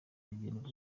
rugendo